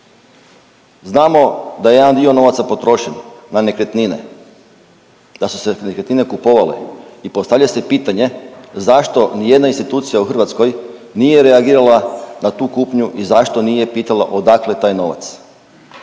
Znamo da je jedna dio novaca potrošen na nekretnine, da su se nekretnine kupovala. I postavlja se pitanje zašto nijedna institucija u Hrvatskoj nije reagirala na tu kupnju i zašto nije pitala odakle taj novac?